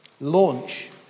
Launch